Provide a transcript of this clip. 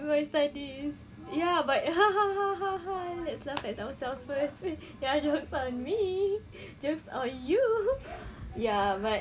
my studies ya but ha ha ha ha ha let's laugh at ourselves first ya jokes on me jokes on you ya but